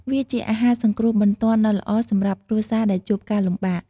វាជាអាហារសង្គ្រោះបន្ទាន់ដ៏ល្អសម្រាប់គ្រួសារដែលជួបការលំបាក។